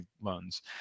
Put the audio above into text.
loans